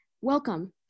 Welcome